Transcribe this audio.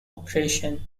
operation